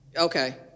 Okay